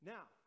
Now